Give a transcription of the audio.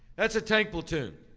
that's a tank platoon.